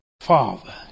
father